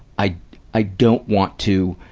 i i don't want to,